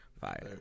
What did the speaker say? Fire